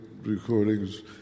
Recordings